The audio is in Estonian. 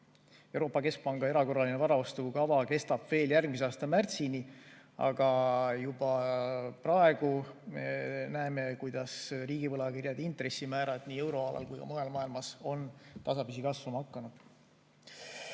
Euroopa Keskpanga erakorraline varaostukava kestab veel järgmise aasta märtsini, aga juba praegu me näeme, kuidas riigivõlakirjade intressimäärad nii euroalal kui ka mujal maailmas on tasapisi kasvama hakanud.